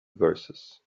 verses